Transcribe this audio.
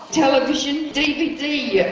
television, dvd,